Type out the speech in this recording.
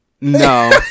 no